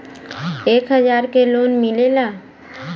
एक हजार के लोन मिलेला?